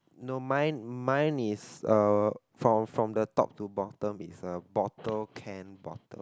no mine mine is uh from from the top to bottom is uh bottle can bottle